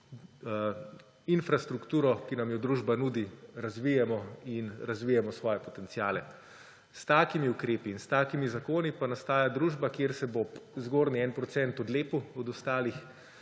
infrastrukturo, ki nam jo družba nudi, razvijamo in razvijemo svoje potenciale. S takimi ukrepi in s takimi zakoni pa nastaja družba, kjer se bo zgornji 1 % odlepil od ostalih